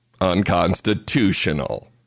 unconstitutional